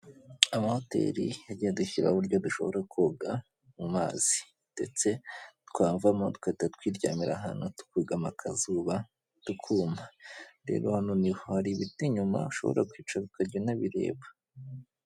Ama hoteli yagiye adushyiriraho uburyo dushobora koga mu mazi ndetse twavamo tugahita twiryamira ahantu tukugama akazuba tukuma, rero hano niho hari ibiti inyuma ushobora kwicara ukajya unabireba.